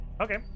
Okay